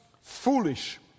foolish